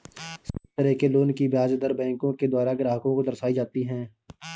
सभी तरह के लोन की ब्याज दर बैंकों के द्वारा ग्राहक को दर्शाई जाती हैं